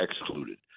excluded